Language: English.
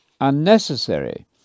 unnecessary